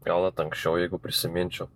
gal net anksčiau jeigu prisiminčiau